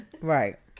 Right